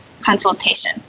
consultation